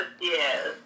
Yes